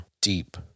deep